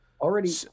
Already